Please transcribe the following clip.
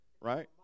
Right